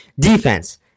defense